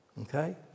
Okay